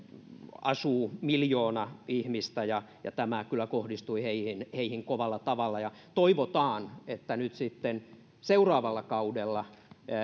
asuu miljoona ihmistä ja ja tämä kyllä kohdistui heihin heihin kovalla tavalla toivotaan että jos nyt sitten vaikka seuraavalla kaudella